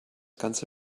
ganze